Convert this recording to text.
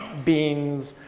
beans,